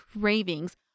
cravings